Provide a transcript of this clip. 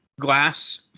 glass